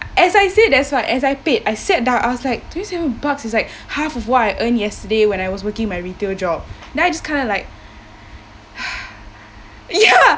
as I said that's what as I paid I sat down I I was like twenty seven bucks is like half of what I earned yesterday when I was working my retail job now I just kinda like ya